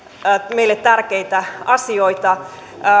meille tärkeitä asioita